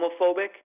homophobic